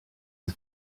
his